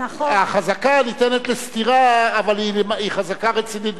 החזקה ניתנת לסתירה, אבל היא חזקה רצינית ביותר.